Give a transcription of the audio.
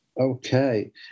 Okay